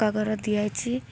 ଦିଆାହୋଇଛି